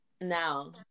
now